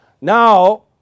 now